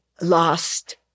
lost